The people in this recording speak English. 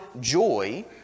joy